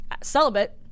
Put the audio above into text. celibate